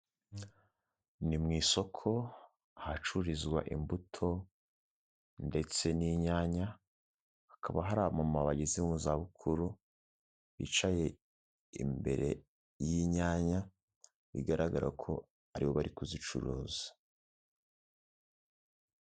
Ni mu isoko hacururizwa imbuto ndetse n'inyanya, hakaba hari abamama bageze mu zabukuru bicaye imbere y'inyanya, bigaragara ko aribo bari kuzicuruza.